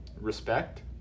respect